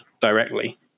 directly